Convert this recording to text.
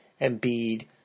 Embiid